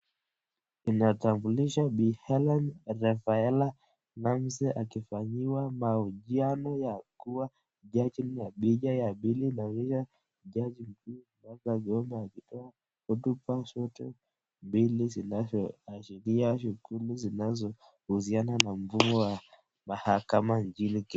Inatambulisha Bi Hellen Rafaela Nimisi akifanyiwa mahunjiano ya kuwa Jaji ya picha la pili la na pia jaji mkuu, Martha Koome akitoa hotuba zote mbili zinazo ashirii shughuli zinazo husinana na mkuu wa mahakama nchini kenya.